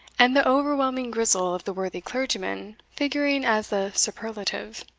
and the overwhelming grizzle of the worthy clergyman figuring as the superlative.